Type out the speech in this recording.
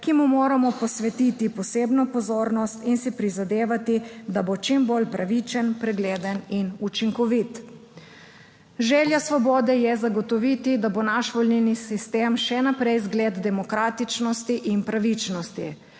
ki mu moramo posvetiti posebno pozornost in si prizadevati, da bo čim bolj pravičen, pregleden in učinkovit. Želja Svobode je zagotoviti, da bo naš volilni sistem še naprej zgled demokratičnosti in pravičnosti.